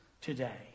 today